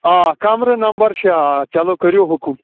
آ کَمرٕ نمبر شےٚ آ چلو کٔرِو حُکُم